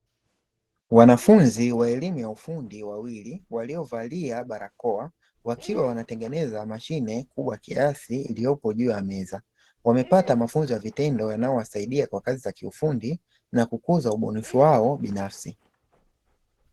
Wanafunzi wa elimu ya ufundi wawili waliyovalia barakoa wakiwa wanatengeneza mashine kubwa kiasi iliyopo juu ya meza. Wamepata mafunzo ya vitendo yanayowasaidia kwa kazi za kiufundi na kukuza ubunifu wao binafsi.